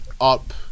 up